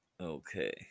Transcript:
Okay